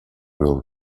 wheel